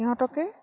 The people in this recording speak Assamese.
সিহঁতকে